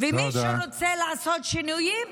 ומי שרוצה לעשות שינויים,